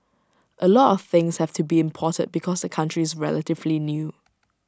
A lot of things have to be imported because the country is relatively new